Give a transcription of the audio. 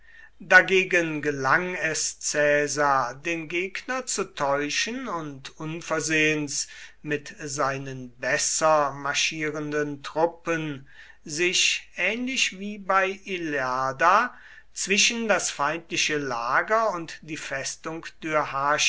dagegen gelang es caesar den gegner zu täuschen und unversehens mit seinen besser marschierenden truppen sich ähnlich wie bei ilerda zwischen das feindliche lager und die festung